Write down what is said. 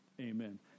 Amen